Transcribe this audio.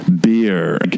beer